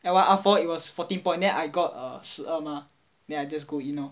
L one R four it was fourteen point then I got err 十二 mah then I just go in lor